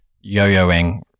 yo-yoing